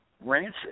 rancid